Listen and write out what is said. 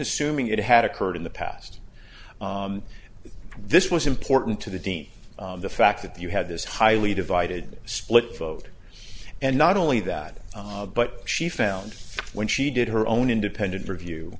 assuming it had occurred in the past this was important to the dean the fact that you had this highly divided split vote and not only that but she found when she did her own independent review